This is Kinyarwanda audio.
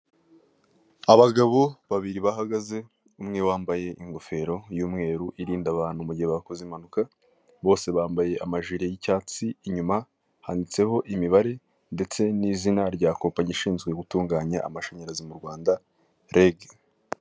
Abagabo babiri bahagaze umwe wambaye ingofero y'umweru irinda abantu mu gihe bakoze impanuka, bose bambaye amajiri y'icyatsi, inyuma handitse imibare ndetse n'izina ndetse n'izina rya kompanyi ishinzwe gutunganya amashanyarazi mu Rwanda rege.